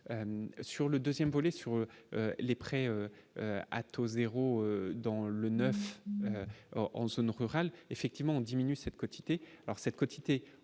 sur le 2ème volet sur les prêts à taux 0 dans le 9 en zone rurale, effectivement, diminue cette quantité alors cette quotité